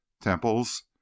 temples